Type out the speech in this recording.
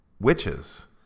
witches